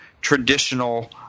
traditional